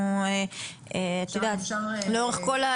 כמה רשויות אדומות?